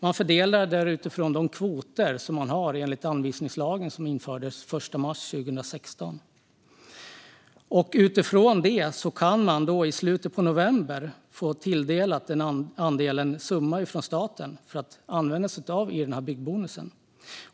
Man fördelar alltså stödet utifrån kvoterna i anvisningslagen som infördes den 1 mars 2016. Utifrån det kan man i slutet av november få tilldelat en summa från staten i form av byggbonus.